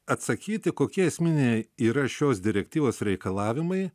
atsakyti kokie esminiai yra šios direktyvos reikalavimai